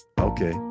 okay